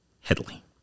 Headley